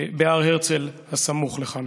בהר הרצל הסמוך לכאן.